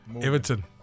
Everton